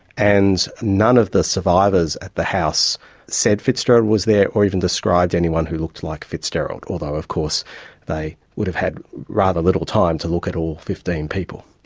and none of the survivors at the house said fitzgerald was there or even described anyone who looked like fitzgerald, although of course they would have had little time to look at all fifteen people.